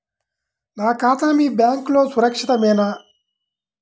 నా ఖాతా మీ బ్యాంక్లో సురక్షితమేనా?